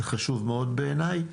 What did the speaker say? זה חשוב מאוד בעיניי,